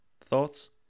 thoughts